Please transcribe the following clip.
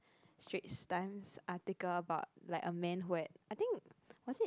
Straits-Time's article about like a man who had I think was it